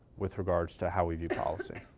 with regards to how we do policy.